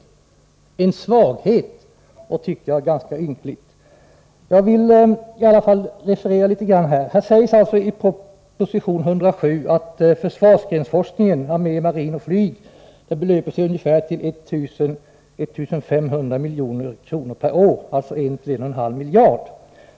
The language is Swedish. Det är en svaghet och, tycker jag, ganska ynkligt. Nu vill jag i alla fall referera litet. Här sägs alltså i proposition 107 att försvarsgrensforskningen — för armé, marin och flyg — belöper sig till ungefär 1 500 milj.kr. per år, alltså 1,5 miljarder.